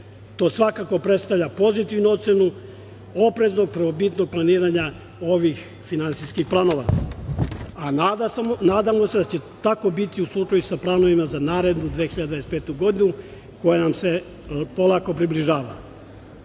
To svakako predstavlja pozitivnu ocenu opreznog prvobitnog planiranja ovih finansijskih planova. Nadamo se da će tako biti u slučaju sa planovima za narednu 2025. godinu koja nam se polako približava.